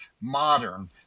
modern